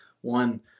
one